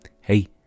Hey